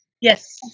Yes